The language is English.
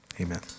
amen